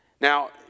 Now